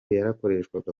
yakoreshwaga